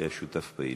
שהיה שותף פעיל.